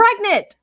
pregnant